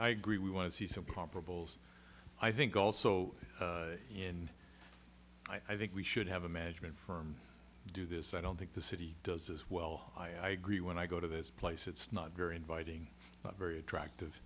i agree we want to see some probables i think also in i think we should have a management firm do this i don't think the city does as well i agree when i go to this place it's not very inviting but very attractive